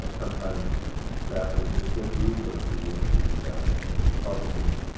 and sometimes staffers ah dick lugar, who was the republican